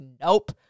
nope